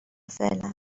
فعلا